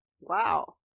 Wow